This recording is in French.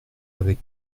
avec